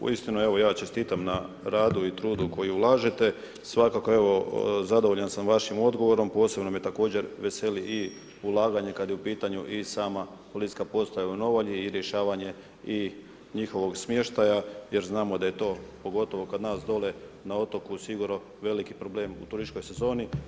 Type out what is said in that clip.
Uistinu, evo, ja čestitam, na radu i trudu koji ulažete, svakako, evo, zadovoljan sam vašim odgovorom, posebno me također veseli i ulaganje, kada je u pitanje i sama policijska postaja u Novalji i rješavanje i njihovog smještaja jer znamo da je to, pogotovo kod nas dole na otoku sigurno veliki problem u turističkoj sezoni.